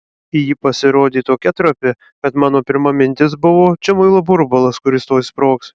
ji pasirodė tokia trapi kad mano pirma mintis buvo čia muilo burbulas kuris tuoj sprogs